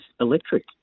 Electric